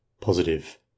Positive